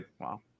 Wow